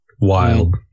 Wild